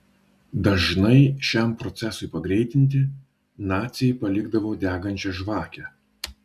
dažnai šiam procesui pagreitinti naciai palikdavo degančią žvakę